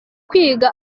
kwiga